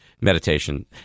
Meditation